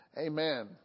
amen